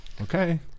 Okay